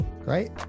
great